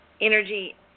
energy